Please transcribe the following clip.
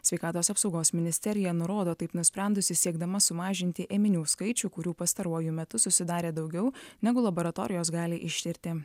sveikatos apsaugos ministerija nurodo taip nusprendusi siekdama sumažinti ėminių skaičių kurių pastaruoju metu susidarė daugiau negu laboratorijos gali ištirti